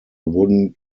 wooden